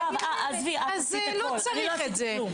מירב, עזבי, את עשית הכל, אני לא עשיתי כלום.